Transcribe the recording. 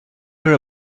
her